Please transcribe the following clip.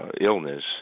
illness